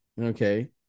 okay –